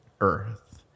Earth